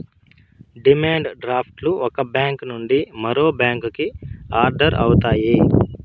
demand draft లు ఒక bank నుండి మరో బ్యాంకుకి ఆర్డర్ అవుతాయి